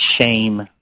shame